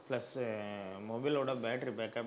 plus மொபைலோடய battery backup